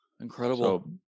Incredible